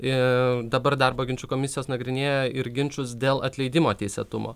dabar darbo ginčų komisijos nagrinėja ir ginčus dėl atleidimo teisėtumo